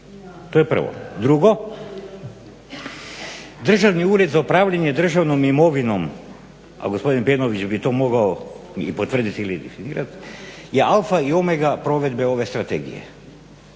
To je prvo. Drugo, Državni ured za upravljanje državnom imovinom a gospodin Pejnović bi to mogao i potvrditi ili …/Govornik se ne razumije./… je alfa i omega provedbe ove strategije.